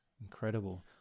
Incredible